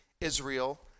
Israel